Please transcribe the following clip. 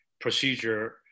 procedure